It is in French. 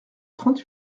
trente